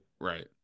Right